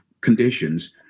conditions